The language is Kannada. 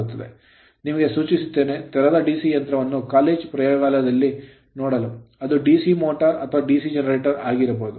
ನಾನು ನಿಮಗೆ ಸೂಚಿಸುತ್ತೇನೆ ತೆರೆದ DC ಯಂತ್ರವನ್ನು ಕಾಲೇಜು ಪ್ರಯೋಗಾಲಯದಲ್ಲಿ ನೋಡಲು ಅದು DC motor ಮೋಟಾರ್ ಅಥವಾ DC generator ಜನರೇಟರ್ ಆಗಿರಬಹುದು